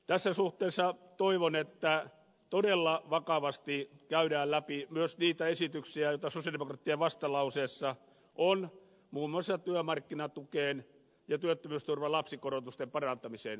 tässä suhteessa toivon että todella vakavasti käydään läpi myös niitä esityksiä joita sosialidemokraattien vastalauseessa on muun muassa työmarkkinatukeen ja työttömyysturvan lapsikorotusten parantamiseen